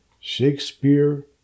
Shakespeare